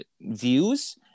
views